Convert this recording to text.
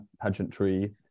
pageantry